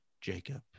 jacob